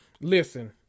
listen